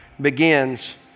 begins